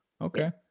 Okay